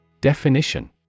Definition